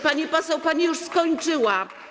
Pani poseł, pani już skończyła.